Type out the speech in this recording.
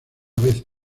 vez